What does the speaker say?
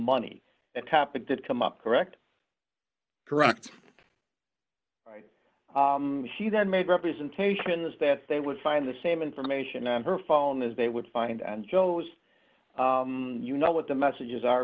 money a topic did come up correct correct he then made representations that they would find the same information on her phone as they would find and shows you know what the messages are